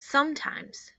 sometimes